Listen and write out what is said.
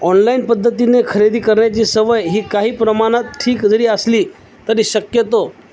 online पद्धतीने खरेदी करण्याची सवय ही काही प्रमाणात ठीक जरी असली तरी शक्यतो